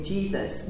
Jesus